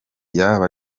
yaba